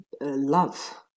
love